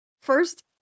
First